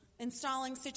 installing